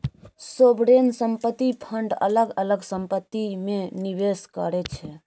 sovereign संपत्ति fund अलग अलग संपत्ति मे निबेस करै छै